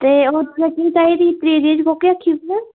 ते होर तुसें केह् चाहिदी त्रीह् चीज कोह्की आक्खी तुसें